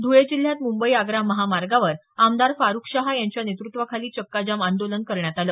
धुळे जिल्ह्यात मुंबई आग्रा महामार्गावर आमदार फारुक शहा यांच्या नेतृत्वाखाली चक्काजाम आंदोलन करण्यात आलं